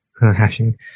hashing